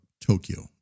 Tokyo